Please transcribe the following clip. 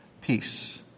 Peace